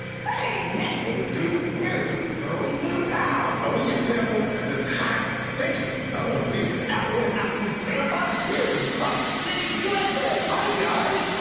hey nick! what a do? we're your curly new pals. are we in tampa? cause its hot and stinky, i don't wanna be here. no yeah we're not in tampa, we're in crotch city, usa. hi guys.